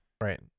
Right